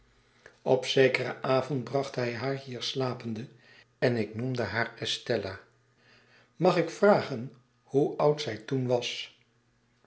op zekeren avond bracht hij haar hier slapende en ik noemde haar estella mag ik vragen hoe oud zij toen was